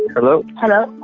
hello hello?